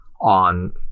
on